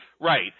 right